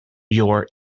your